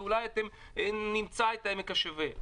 ואולי נמצא את עמק השווה.